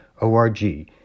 O-R-G